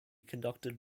conducted